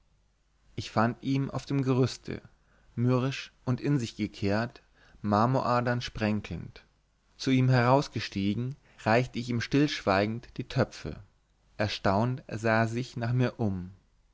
ich fand ihn auf dem gerüste mürrisch und in sich gekehrt marmoradern sprenkelnd zu ihm herausgestiegen reichte ich ihm stillschweigend die töpfe erstaunt sah er sich nach mir um